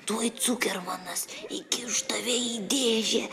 tuoj cukermanas įkiš tave į dėžę